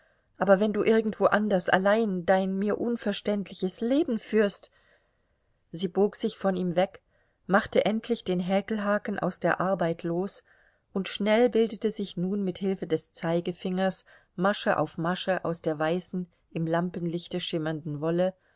aber wenn du irgendwo anders allein dein mir unverständliches leben führst sie bog sich von ihm weg machte endlich den häkelhaken aus der arbeit los und schnell bildete sich nun mit hilfe des zeigefingers masche auf masche aus der weißen im lampenlichte schimmernden wolle